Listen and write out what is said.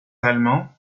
allemands